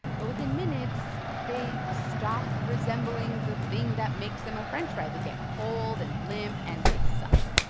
but within minutes, they stop resembling the thing that makes them a french fry. they get cold and limp, and they suck.